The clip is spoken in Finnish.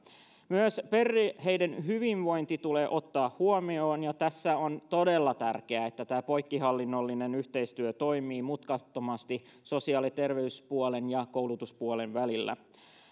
myös perheiden hyvinvointi tulee ottaa huomioon ja tässä on todella tärkeää että poikkihallinnollinen yhteistyö toimii mutkattomasti sosiaali ja terveyspuolen ja koulutuspuolen välillä